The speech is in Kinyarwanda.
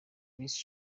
miss